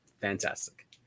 fantastic